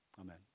amen